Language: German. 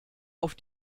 auf